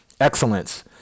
excellence